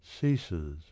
ceases